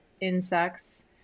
insects